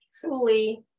truly